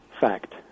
Fact